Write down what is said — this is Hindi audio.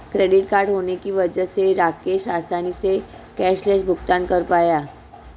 क्रेडिट कार्ड होने की वजह से राकेश आसानी से कैशलैस भुगतान कर पाया